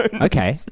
Okay